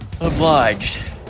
Obliged